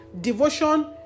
devotion